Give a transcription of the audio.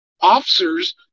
Officers